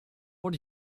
what